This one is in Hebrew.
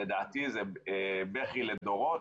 לדעתי, זה בכי לדורות.